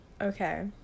Okay